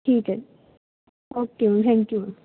ਠੀਕ ਹੈ ਓਕੇ ਜੀ ਥੈਂਕ ਯੂ ਮੈਮ